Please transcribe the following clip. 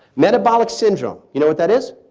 metabolic syndrome. you know what that is?